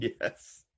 yes